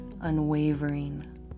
unwavering